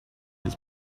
his